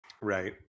Right